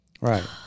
right